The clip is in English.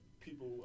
people